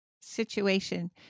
situation